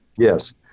Yes